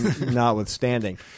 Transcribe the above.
notwithstanding